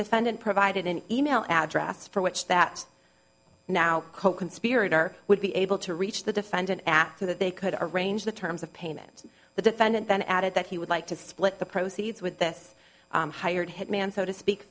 defendant provided an email address for which that now coconspirator would be able to reach the defendant after that they could arrange the terms of payment the defendant then added that he would like to split the proceeds with this hired hitman so to speak